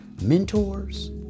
mentors